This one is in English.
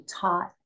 taught